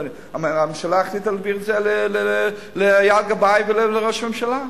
הממשלה החליטה להעביר את זה לאייל גבאי ולראש הממשלה.